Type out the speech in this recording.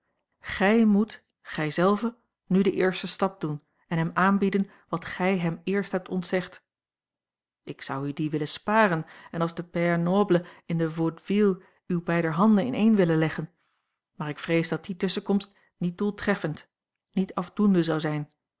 gij moet gij zelve nu den eersten stap doen en hem aanbieden wat gij hem eerst hebt ontzegd ik zou u dien willen sparen en als de père noble in de vaudeville uw beider handen ineen willen leggen maar ik vrees dat die tusschenkomst niet doeltreffend niet afdoende zou zijn